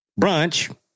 Brunch